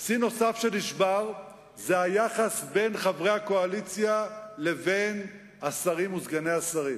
שיא נוסף שנשבר הוא היחס בין חברי הקואליציה לבין השרים וסגני השרים.